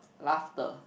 laughter